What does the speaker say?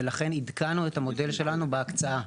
ולכן עדכנו את המודל שלנו בהקצאה,